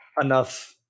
enough